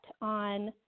on